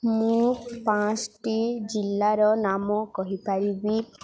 ମୁଁ ପାଞ୍ଚଟି ଜିଲ୍ଲାର ନାମ କହିପାରିବି